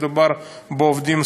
מדובר בעובדים סוציאליים,